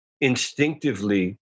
instinctively